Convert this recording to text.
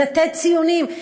לתת ציונים.